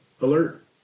alert